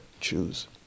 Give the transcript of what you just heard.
choose